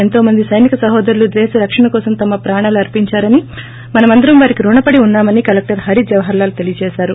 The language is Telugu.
ఎంతోమంది సైనిక సహోదరులు దేశ రక్షణ కొసం తమ ప్రాణాలు అర్సించారని మనమందరం వారికి ఋణపడి ఉన్నామని కలెక్షర్ హరి జవహర్ లాల్ తెలిపారు